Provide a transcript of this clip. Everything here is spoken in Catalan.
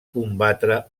combatre